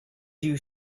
you